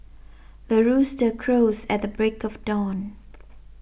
the rooster crows at the break of dawn